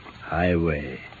Highway